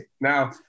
Now